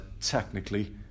technically